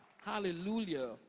Hallelujah